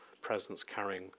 presence-carrying